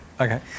okay